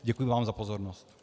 Děkuji vám za pozornost.